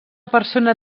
persona